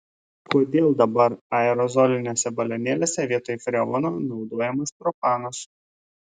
kodėl dabar aerozoliniuose balionėliuose vietoj freono naudojamas propanas